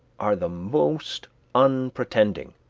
are the most unpretending,